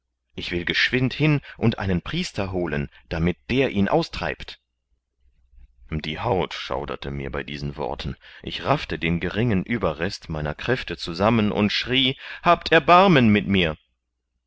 ich will geschwind hin und einen priester holen damit der ihn austreibt die haut schauderte mir bei diesen worten ich raffte den geringen ueberrest meiner kräfte zusammen und schrie habt erbarmen mit mir